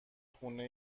خونه